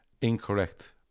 incorrect